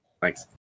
thanks